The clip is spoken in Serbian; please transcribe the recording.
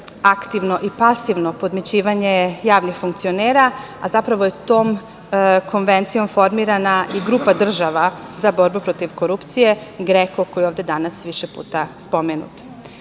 aktivno i pasivno podmićivanje javnih funkcionera, a zapravo je tom konvencijom formirana i grupa država za borbu protiv korupcije GREKO, koja je ovde danas više puta spomenuta. Još